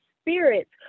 spirits